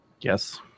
Yes